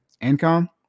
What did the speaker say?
income